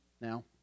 Now